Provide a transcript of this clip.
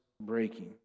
breaking